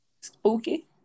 Spooky